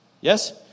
Yes